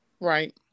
Right